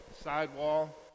sidewall